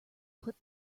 put